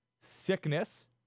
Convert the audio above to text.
sickness